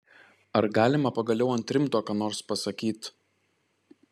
ar galima pagaliau ant rimto ką nors pasakyt